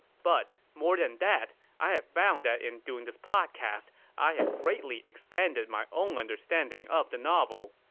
but more than that, i have found that in doing this podcast, i have greatly expanded my own understanding of the novel.